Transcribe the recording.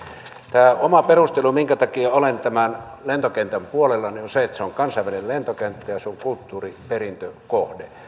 tämä oma perustelu minkä takia olen tämän lentokentän puolella on se että se on kansainvälinen lentokenttä ja se on kulttuuriperintökohde